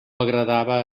agradava